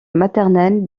maternelle